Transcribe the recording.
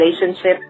relationship